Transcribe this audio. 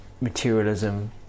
materialism